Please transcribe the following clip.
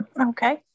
Okay